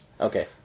Okay